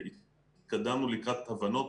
והתקדמנו לקראת הבנות,